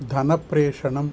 धनप्रेषणं